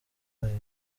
yabaye